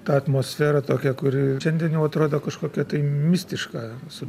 ta atmosfera tokia kuri šiandien jau atrodo kažkokia mistiška su